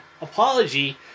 apology